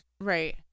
Right